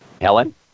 Helen